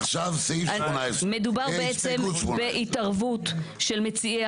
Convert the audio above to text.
עכשיו הסתייגות 18. מדובר בעצם בהתערבות של מציעי